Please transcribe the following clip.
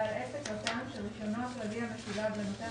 בעל עסק רט"ן שרישיונו הכללי המשולב למתן